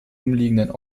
umliegenden